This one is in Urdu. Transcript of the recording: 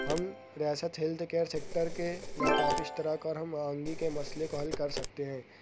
ہم ریاست ہیلتھ کیئر سیکٹر کے ناکافی اشتراک اور ہم آہنگی کے مسئلے کو حل کر سکتے ہیں